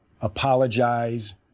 apologize